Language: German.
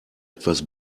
etwas